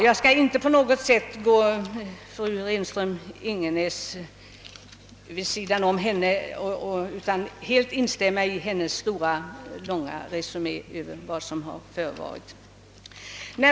Jag skall nu inte gå vid sidan om fru Renström-Ingenäs” anförande utan kan helt instämma i hennes långa resumé över vad som förevarit.